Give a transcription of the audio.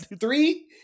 three